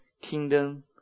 kingdom